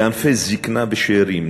בענפי זיקנה ושאירים,